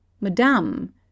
Madame